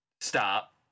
stop